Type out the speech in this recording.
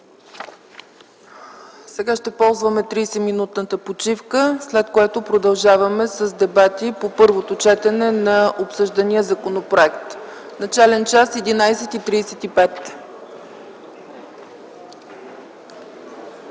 Сега ще ползваме 30-минутната почивка, след което продължаваме с дебати по първо четене на обсъждания законопроект. (След почивката.)